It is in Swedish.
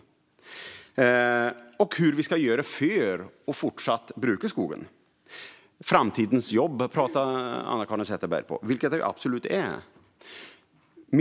Frågan är hur vi ska göra för att fortsätta att bruka skogen. Anna-Caren Sätherberg pratar om framtidens jobb - något skogen utgör.